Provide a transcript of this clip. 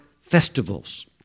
festivals